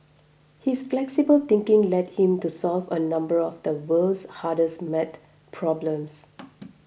his flexible thinking led him to solve a number of the world's hardest math problems